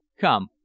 Come